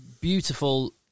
beautiful